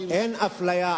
אין אפליה.